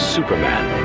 Superman